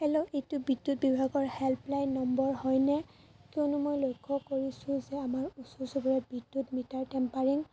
hello এইটো বিদ্যুৎ বিভাগৰ হেল্পলাইন নম্বৰ হয়নে কিয়নো মই লক্ষ্য কৰিছোঁ যে আমাৰ ওচৰ চুবুৰীয়া বিদ্যুৎ মিটাৰ টেম্পাৰিং